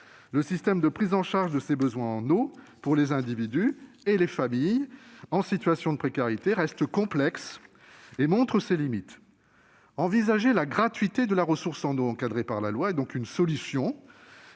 Le système de prise en charge de ces besoins en eau pour les individus et les familles en situation de précarité reste complexe et montre ses limites. Envisager la gratuité de la ressource en eau encadrée par la loi est donc une solution